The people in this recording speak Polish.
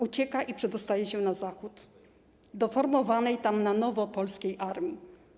Uciekł i przedostał się na Zachód do formowanej tam na nowo polskiej armii.